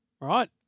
right